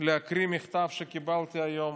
להקריא מכתב שקיבלתי היום